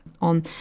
on